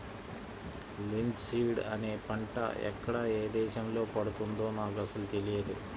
linseed అనే పంట ఎక్కడ ఏ దేశంలో పండుతుందో నాకు అసలు తెలియదు